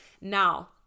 now